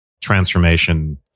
transformation